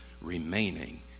remaining